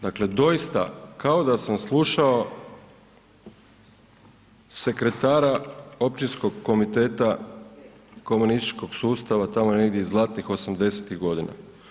Dakle doista kao da sam slušao sekretara općinskog komiteta komunističkog sustava tamo negdje iz zlatnih '80.-tih godina.